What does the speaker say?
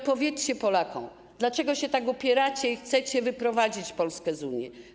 Odpowiedzcie Polakom, dlaczego się tak upieracie i chcecie wyprowadzić Polskę z Unii.